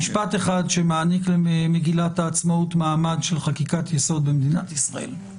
משפט אחד שמעניק למגילת העצמאות מעמד של חקיקת יסוד במדינת ישראל.